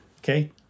okay